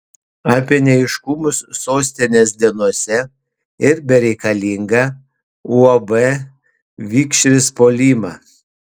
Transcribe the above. apie neaiškumus sostinės dienose ir bereikalingą uab vikšris puolimą